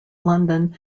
london